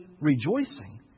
rejoicing